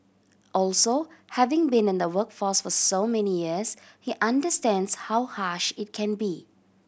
also having been in the workforce for so many years he understands how harsh it can be